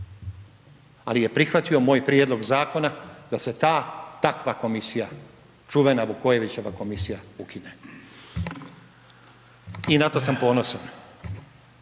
ali je prihvatio moj prijedlog zakona da se ta, takva komisija, čuvena Vukojevićeva komisija, ukine. I na to sam ponosan.